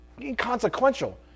inconsequential